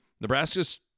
Nebraska's